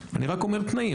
אני רק אומר תנאים,